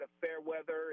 Fairweather